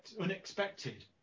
unexpected